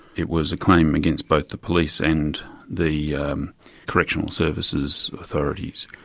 it was a claim against both the police and the correctional services authorities.